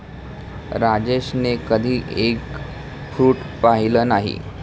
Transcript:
राजेशने कधी egg fruit पाहिलं नाही